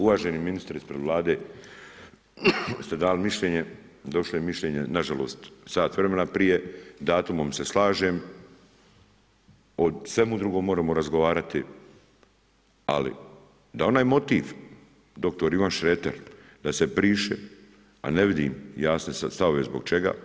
Uvaženi ministre, ispred Vlade ste dali mišljenje, došlo je mišljenje nažalost sat vremena prije, s datumom se slažem, o svemu drugome možemo razgovarati, ali da onaj motiv dr. Ivan Šreter, da se briše, a ne vidim jasne stavove zbog čega.